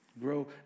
grow